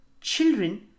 Children